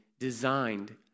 Designed